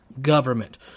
government